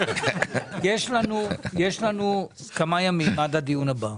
יש לנו כמה ימים עד הדיון הבא.